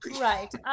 Right